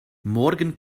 morgen